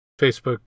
Facebook